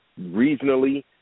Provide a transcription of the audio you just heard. regionally